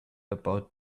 about